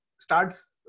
starts